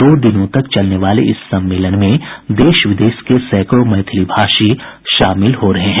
दो दिनों तक चलने वाले इस सम्मेलन में देश विदेश के सैंकड़ों मैथिली भाषी शामिल हो रहे हैं